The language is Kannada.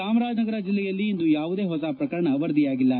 ಚಾಮರಾಜನಗರ ಜಿಲ್ಲೆಯಲ್ಲಿ ಇಂದು ಯಾವುದೇ ಹೊಸ ಪ್ರಕರಣ ವರದಿಯಾಗಿಲ್ಲ